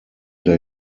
der